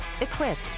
equipped